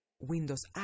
Windows